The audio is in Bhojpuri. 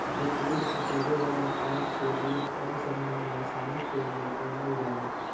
दूध बटोरे वाला पाइप से दूध कम समय में आसानी से बटोरा जाला